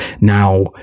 Now